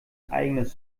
eigenes